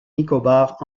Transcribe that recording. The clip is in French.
nicobar